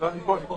הזום.